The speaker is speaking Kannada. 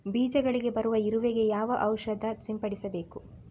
ಬೀಜಗಳಿಗೆ ಬರುವ ಇರುವೆ ಗೆ ಯಾವ ಔಷಧ ಸಿಂಪಡಿಸಬೇಕು?